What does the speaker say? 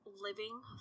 living